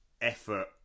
effort